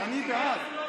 אני בעד.